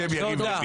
--- תודה.